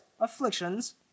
afflictions